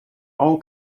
all